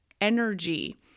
energy